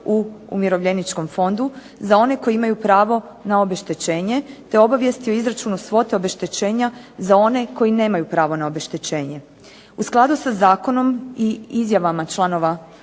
U skladu sa zakonom i izjavama članova